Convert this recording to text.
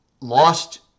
lost